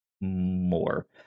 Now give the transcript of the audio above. more